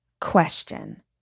question